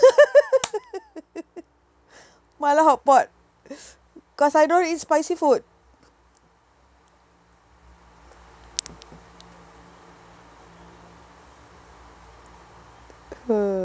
mala hotpot cause I don't eat spicy food uh